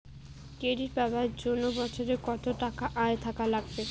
Credit পাবার জন্যে বছরে কত টাকা আয় থাকা লাগবে?